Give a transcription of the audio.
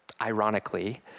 ironically